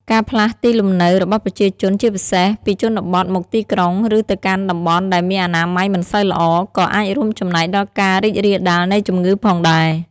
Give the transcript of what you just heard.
ការផ្លាស់ទីលំនៅរបស់ប្រជាជន ជាពិសេសពីជនបទមកទីក្រុង ឬទៅកាន់តំបន់ដែលមានអនាម័យមិនសូវល្អ ក៏អាចរួមចំណែកដល់ការរីករាលដាលនៃជំងឺផងដែរ។